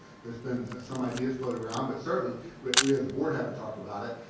there's been some ideas floated around, but certainly we has a board haven't talked about it.